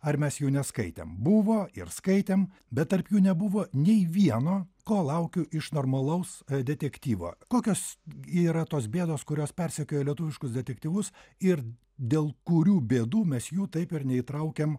ar mes jų neskaitėm buvo ir skaitėm bet tarp jų nebuvo nei vieno ko laukiu iš normalaus detektyvo kokios yra tos bėdos kurios persekioja lietuviškus detektyvus ir dėl kurių bėdų mes jų taip ir neįtraukiam